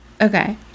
Okay